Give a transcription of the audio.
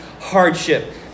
hardship